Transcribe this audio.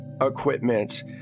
equipment